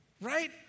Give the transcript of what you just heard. right